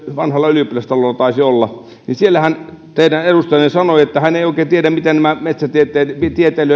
vanhalla ylioppilastalolla taisi olla siellähän teidän edustajanne sanoi että hän ei oikein tiedä miten nämä metsätieteilijöiden